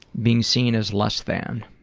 being seen as less than.